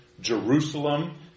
Jerusalem